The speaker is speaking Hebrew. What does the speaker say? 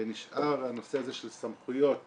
ונשאר הנושא הזה של סמכויות